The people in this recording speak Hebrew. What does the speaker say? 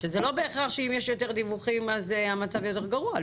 שזה לא בהכרח שאם יש יותר דיווחים אז המצב יותר גרוע,